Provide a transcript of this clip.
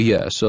Yes